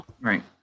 Right